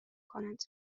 کنند